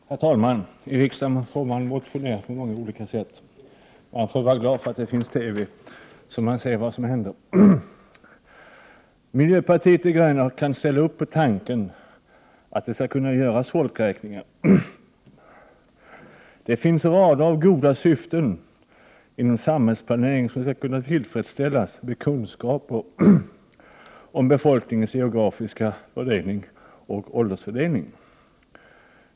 Herr talman! I riksdagen får man motionera på många olika sätt. Man får vara glad över att det finns TV, så att man kan se vad som händer i debatten. Miljöpartiet de gröna kan ställa upp på tanken att det skall kunna göras folkräkningar. Det finns mängder av goda syften inom samhällsplanering som kan tillfredsställas med kunskaper om befolkningens geografiska fördelning och åldersfördelning.